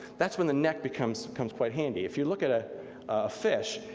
that's when the neck becomes comes quite handy. if you look at a fish,